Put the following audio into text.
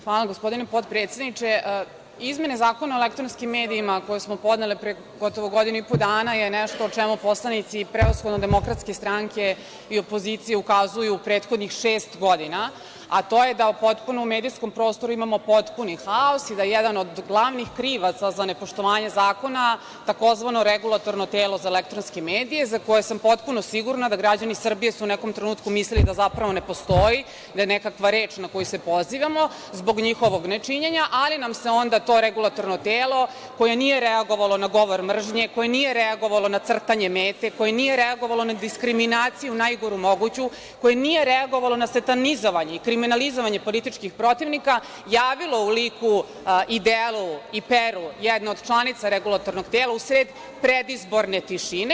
Hvala gospodine potpredsedniče, izmene Zakona o elektronskim medijima koje smo podneli pre gotovo godinu i po dana, je nešto o čemu poslanici prevashodno DS i opozicije ukazuju u prethodnih šest godina, a to je da medijskom prostoru imamo medijski haos i da jedan od glavnih krivaca za nepoštovanje zakona tzv. REM za koje sam potpuno sigurna da građani su Srbije u nekom trenutku mislili da zapravo ne postoji, da je nekakva reč na koju se pozivamo zbog njihovog nečinjena ali nam se onda to regulatorno telo koje nije reagovalo na govor mržnje, koje nije reagovalo na crtanje mete, koje nije reagovalo na diskriminaciju najgoru moguću, koje nije reagovalo na satanizam i kriminalizovanje političkih protivnika, javilo u liku i delu i peru jednog od članica REM u sred predizborne tišine.